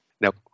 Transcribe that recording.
Nope